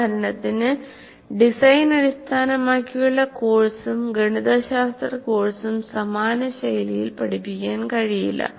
ഉദാഹരണത്തിന് ഡിസൈൻ അടിസ്ഥാനമാക്കിയുള്ള കോഴ്സും ഗണിതശാസ്ത്ര കോഴ്സും സമാന ശൈലിയിൽ പഠിപ്പിക്കാൻ കഴിയില്ല